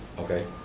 okay.